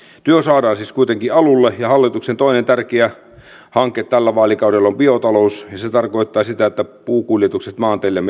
en tuossa yksilöinyt yhtään mitään vaan jokainen voi todeta ja itse tulen kyllä historian dosenttina näitäkin asioita aikanaan käsittelemään millä lailla erilaiset lainsäädäntöasiat ovat syntyneet